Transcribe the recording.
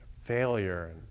failure